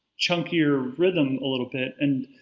chunkier rhythm, a little bit, and.